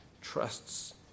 trusts